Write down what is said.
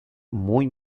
muy